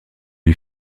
lui